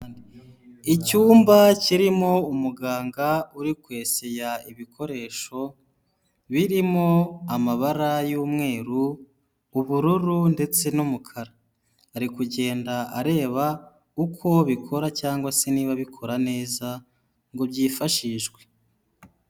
Icyumba kirimo umuganga uri kwesaya ibikoresho, birimo amabara y'umweru, ubururu ndetse n'umukara, ari kugenda areba uko bikora cyangwa se niba bikora neza ngo byifashishwe.